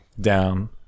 down